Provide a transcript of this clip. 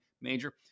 major